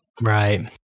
right